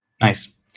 Nice